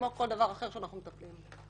כמו כל דבר אחר שאנחנו מטפלים בו.